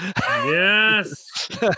Yes